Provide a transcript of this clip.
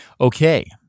Okay